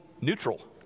neutral